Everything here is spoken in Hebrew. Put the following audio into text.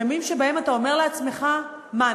ימים שבהם אתה אומר לעצמך: מה,